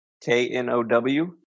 K-N-O-W